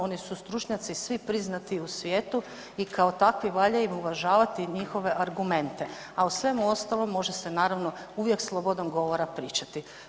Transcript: Oni su stručnjaci svi priznati u svijetu i kao takvi valja uvažavati njihove argumente, a u svemu ostalom može se naravno uvijek slobodom govora pričati.